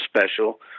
special